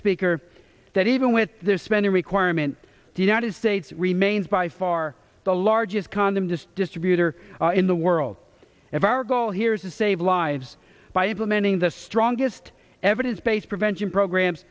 speaker that even with their spending requirement the united states remains by far the largest condom to distribute or in the world if our goal here is to save lives by implementing the strongest evidence based prevention programs